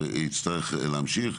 שיצטרך להמשיך.